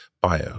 bio